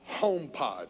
HomePod